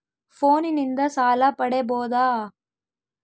ಫೋನಿನಿಂದ ಸಾಲ ಪಡೇಬೋದ?